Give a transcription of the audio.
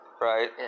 Right